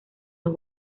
los